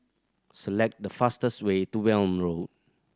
select the fastest way to Welm Road